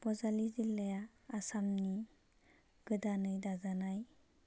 बजालि जिल्लाया आसामनि गोदानै दाजानाय